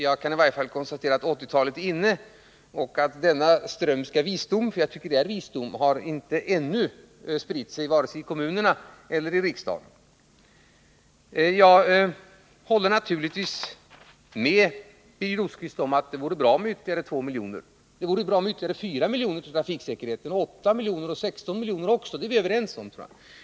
Jag kan i varje fall konstatera att 1980-talet är inne och att denna strömska visdom — jag tycker nämligen att det är visdom — ännu inte har spritt sig vare sig i kommunerna eller i riksdagen. Jag håller naturligtvis med Birger Rosqvist om att det vore bra med ytterligare 2 milj.kr. Det vore bra med ytterligare 4 milj.kr. till trafiksäkerheten, med 8 eller 16 miljoner också — det är vi överens om.